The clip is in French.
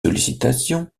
sollicitations